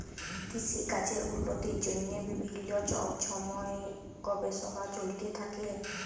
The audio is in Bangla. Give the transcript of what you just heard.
কিসিকাজের উল্লতির জ্যনহে বিভিল্ল্য ছব ছময় গবেষলা চলতে থ্যাকে